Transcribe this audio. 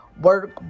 work